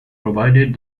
provided